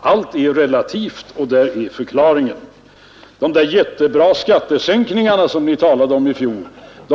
Allting är ju relativt, och där är förklaringen. De där ”jättebra” skattesänkningarna som ni talade om i fjol — det